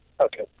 Okay